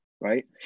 right